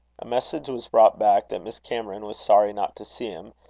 a message was brought back that miss cameron was sorry not to see him,